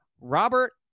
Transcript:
Robert